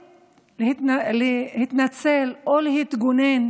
להתנצל או להתגונן,